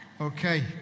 Okay